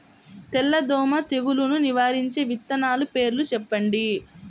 తెల్లదోమ తెగులును నివారించే విత్తనాల పేర్లు చెప్పండి?